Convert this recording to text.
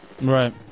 Right